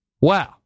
Wow